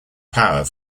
power